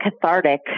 cathartic